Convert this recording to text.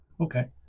okay